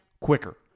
quicker